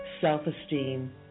self-esteem